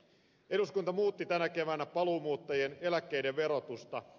eduskunta muutti tänä keväänä paluumuuttajien eläkkeiden verotusta